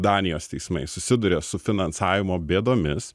danijos teismai susiduria su finansavimo bėdomis